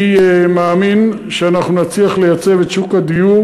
אני מאמין שאנחנו נצליח לייצב את שוק הדיור